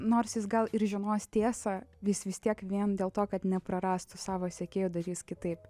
nors jis gal ir žinos tiesą jis vis tiek vien dėl to kad neprarastų savo sekėjų darys kitaip